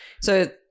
So-